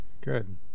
Good